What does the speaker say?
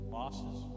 losses